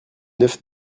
neuf